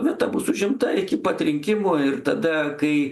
vieta bus užimta iki pat rinkimų ir tada kai